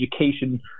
education